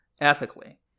ethically